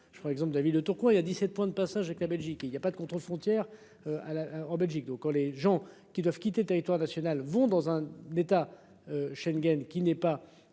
je croyais. Exemple de avis de Tourcoing, il y a 17 points de passage avec la Belgique, il y a pas de contre-frontière. À la en Belgique eau quand les gens qui doivent quitter le territoire national vont dans un d'États. Schengen, qui n'est pas.